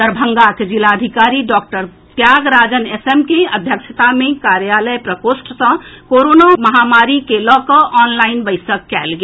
दरभंगाक जिलापदाधिकारी doctor Thiyagarajan S M के अध्यक्षता मे कार्यालय प्रकोष्ठ सँ कोरोना महामारी के लऽ कऽ ऑनलाईन बैसक कएल गेल